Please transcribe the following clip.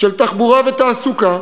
של תחבורה ותעסוקה,